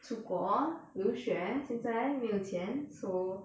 出国留学现在没有钱 so